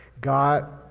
God